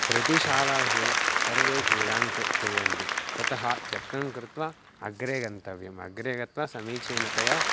प्रतिशालासु सर्वे क्रीडां कु क्रीडन्ति ततः यत्नं कृत्वा अग्रे गन्तव्यम् अग्रे गत्वा समीचीनतया